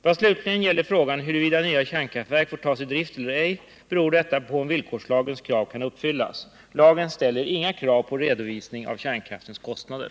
Vad slutligen gäller frågan huruvida nya kärnkraftverk får tas i drift eller ej beror detta på om villkorslagens krav kan uppfyllas. Lagen ställer inga krav på redovisning av kärnkraftens kostnader.